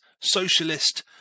socialist